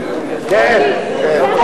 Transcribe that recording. כן, כן.